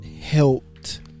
helped